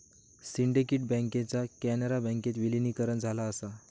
syndicate बँकेचा कॅनरा बँकेत विलीनीकरण झाला असा